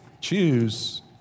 choose